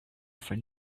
find